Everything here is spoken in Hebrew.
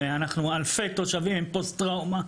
ואנחנו אלפי תושבים עם פוסט טראומה.